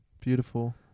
Beautiful